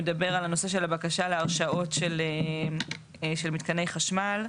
שמדבר על הבקשה להרשאות של מתקני חשמל,